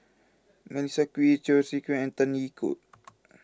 Melissa Kwee Cheong Siew Keong and Tan Tee Yoke